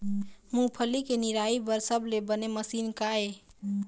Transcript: मूंगफली के निराई बर सबले बने मशीन का ये?